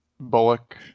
Bullock